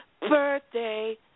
Birthday